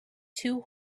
two